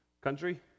country